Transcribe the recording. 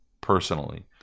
personally